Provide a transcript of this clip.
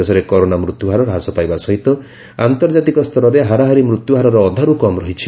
ଦେଶରେ କରୋନା ମୃତ୍ୟୁହାର ହ୍ରାସ ପାଇବା ସହିତ ଆନ୍ତର୍ଜାତିକ ସ୍ତରରେ ହାରାହାରି ମୃତ୍ୟହାରର ଅଧାର କମ୍ ରହିଛି